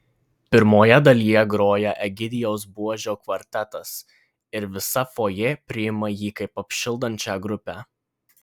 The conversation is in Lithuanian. pirmoje dalyje groja egidijaus buožio kvartetas ir visa fojė priima jį kaip apšildančią grupę